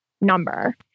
number